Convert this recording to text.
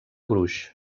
gruix